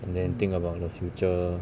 and then think about the future